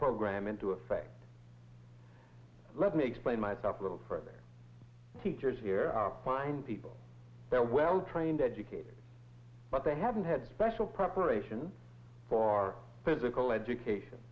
program into effect let me explain myself a little for teachers here are fine people they're well trained educated but they haven't had special preparations for physical education